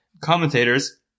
commentators